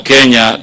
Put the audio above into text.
Kenya